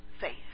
faith